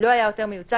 לא היה העותר מיוצג,